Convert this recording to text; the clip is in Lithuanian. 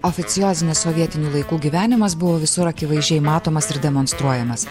oficiozinis sovietinių laikų gyvenimas buvo visur akivaizdžiai matomas ir demonstruojamas